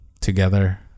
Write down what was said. together